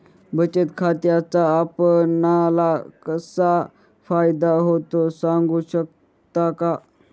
बचत खात्याचा आपणाला कसा फायदा होतो? सांगू शकता का?